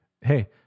Hey